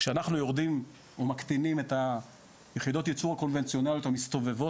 כאשר אנחנו יורדים ומקטינים את יחידות הייצור הקונבנציונליות המסתובבות,